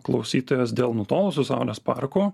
klausytojas dėl nutolusio saulės parko